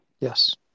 Yes